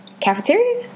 cafeteria